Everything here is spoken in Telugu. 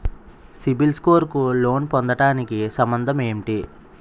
సిబిల్ స్కోర్ కు లోన్ పొందటానికి సంబంధం ఏంటి?